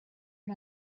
and